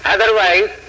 Otherwise